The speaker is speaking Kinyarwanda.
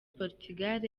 portugal